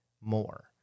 more